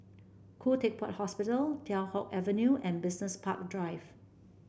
Khoo Teck Puat Hospital Teow Hock Avenue and Business Park Drive